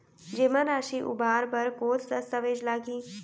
जेमा राशि उबार बर कोस दस्तावेज़ लागही?